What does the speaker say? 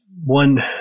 one